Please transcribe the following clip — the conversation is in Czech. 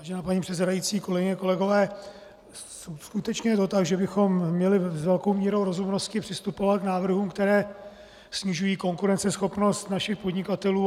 Vážená paní předsedající, kolegyně, kolegové, skutečně je to tak, že bychom měli s velkou mírou rozumnosti přistupovat k návrhům, které snižují konkurenceschopnost našich podnikatelů.